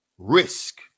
risk